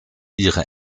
ihre